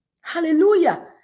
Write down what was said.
hallelujah